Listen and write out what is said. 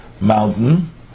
mountain